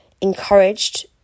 encouraged